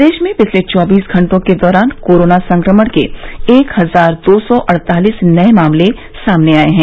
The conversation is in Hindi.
प्रदेश में पिछले चौबीस घंटों के दौरान कोरोना संक्रमण के एक हजार दो सौ अड़तालीस नये मामले सामने आए हैं